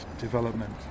development